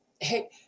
hey